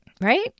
Right